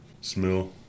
smell